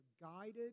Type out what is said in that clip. guided